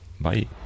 Bye